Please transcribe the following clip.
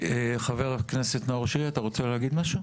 חבר הכנסת נאור שירי, אתה רוצה להגיד משהו?